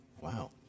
Wow